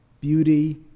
beauty